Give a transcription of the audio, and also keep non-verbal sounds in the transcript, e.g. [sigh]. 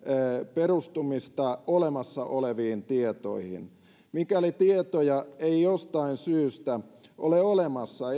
perustuminen olemassa oleviin tietoihin mikäli tietoja ei jostain syystä ole olemassa [unintelligible]